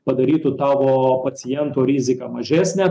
padarytų tavo paciento riziką mažesnę